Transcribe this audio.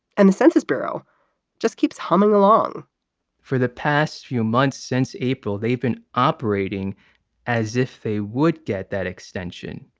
and the census bureau just keeps humming along for the past few months, since april, they've been operating as if they would get that extension.